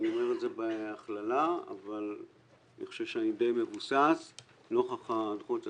אני אומר את זה בהכללה אבל אני חושב שאני די מבוסס נוכח הדוחות שעשינו,